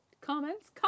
Comments